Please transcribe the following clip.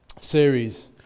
series